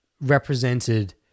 represented